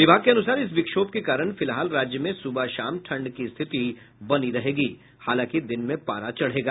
विभाग के अनुसार इस विक्षोभ के कारण फिलहाल राज्य में सुबह शाम ठंड की स्थिति बनी रहेगी हालांकि दिन में पारा चढ़ेगा